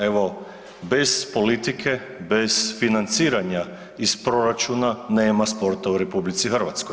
Evo bez politike, bez financiranja iz proračuna nema sporta u RH.